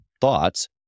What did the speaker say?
thoughts